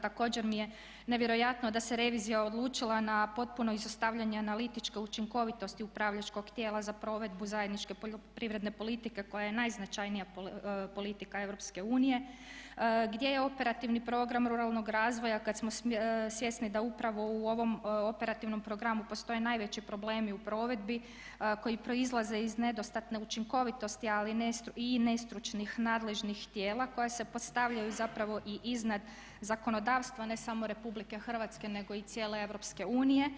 Također mi je nevjerojatno da se revizija odlučila na potpuno izostavljanje analitičke učinkovitosti upravljačkog tijela za provedbu zajedničke poljoprivredne politike koja je najznačajnija politika EU gdje je operativni program ruralnog razvoja kad smo svjesni da upravo u ovom operativnom programu postoje najveći problemi u provedbi koji proizlaze iz nedostatne učinkovitosti ali i nestručnih nadležnih tijela koja se postavljaju zapravo i iznad zakonodavstva ne samo RH nego i cijele EU.